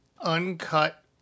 uncut